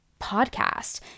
podcast